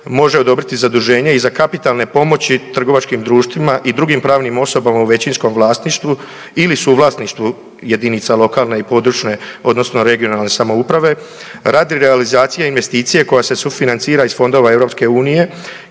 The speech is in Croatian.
može odobriti zaduženje za kapitalne pomoći trgovačkim društvima i drugim pravnim osobama u većinskom vlasništvu ili suvlasništvu jedinica lokalne i područne odnosno regionalne samouprave radi realizacije investicije koja se sufinancira iz fondova EU-a